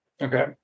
Okay